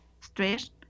stress